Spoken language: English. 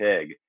pig